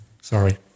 Sorry